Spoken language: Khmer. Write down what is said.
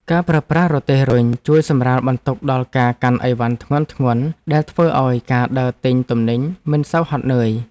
ការប្រើប្រាស់រទេះរុញជួយសម្រាលបន្ទុកដល់ការកាន់អីវ៉ាន់ធ្ងន់ៗដែលធ្វើឱ្យការដើរទិញទំនិញមិនសូវហត់នឿយ។